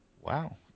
Wow